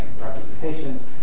representations